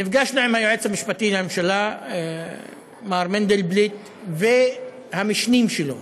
נפגשנו עם היועץ המשפטי לממשלה מר מנדלבליט והמשנים שלו